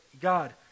God